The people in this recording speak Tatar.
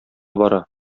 бара